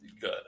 good